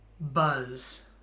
Buzz